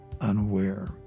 unaware